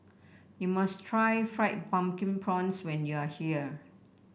you must try Fried Pumpkin Prawns when you are here